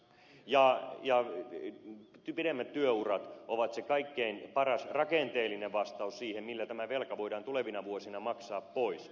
ja pidemmät työurat ovat se kaikkein paras rakenteellinen vastaus siihen millä tämä velka voidaan tulevina vuosina maksaa pois